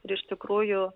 iš tikrųjų